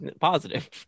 positive